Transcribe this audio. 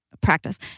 practice